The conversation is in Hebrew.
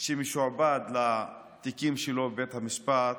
משועבד לתיקים שלו בבית המשפט